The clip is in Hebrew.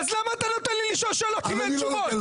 אז למה אתה נותן לי לשאול שאלות אם אין תשובות?